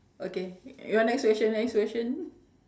okay you want next question next question